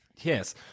Yes